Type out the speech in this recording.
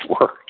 work